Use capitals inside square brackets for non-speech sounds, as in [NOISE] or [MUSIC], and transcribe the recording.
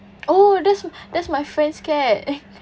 oh that's that's my friend's cat [LAUGHS]